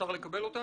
אפשר לקבל אותה?